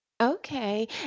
Okay